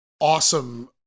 awesome